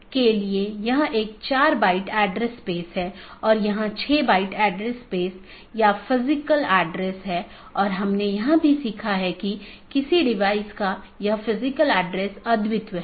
इन protocol के उदाहरण OSPF हैं और RIP जिनमे मुख्य रूप से इस्तेमाल किया जाने वाला प्रोटोकॉल OSPF है